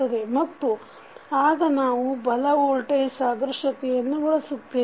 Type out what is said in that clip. ಮತ್ತು ಆಗ ನಾವು ಬಲ ವೋಲ್ಟೇಜ್ ಸಾದೃಶ್ಯತೆಯನ್ನು ಬಳಸುತ್ತೇವೆ